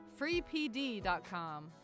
Freepd.com